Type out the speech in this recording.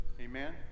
Amen